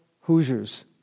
Hoosiers